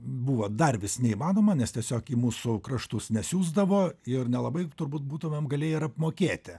buvo dar vis neįmanoma nes tiesiog į mūsų kraštus nesiųsdavo ir nelabai turbūt būtumėm galėję ir apmokėti